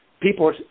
people